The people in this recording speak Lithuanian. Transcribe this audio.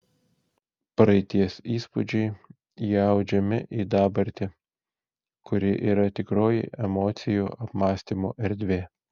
praeities įspūdžiai įaudžiami į dabartį kuri yra tikroji emocijų apmąstymų erdvė